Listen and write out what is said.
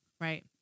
right